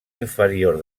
inferior